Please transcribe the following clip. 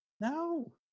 No